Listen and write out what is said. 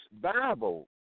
Bible